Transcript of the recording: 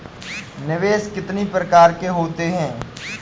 निवेश कितनी प्रकार के होते हैं?